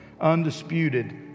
undisputed